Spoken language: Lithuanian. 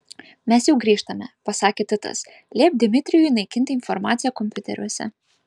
mes jau grįžtame pasakė titas liepk dmitrijui naikinti informaciją kompiuteriuose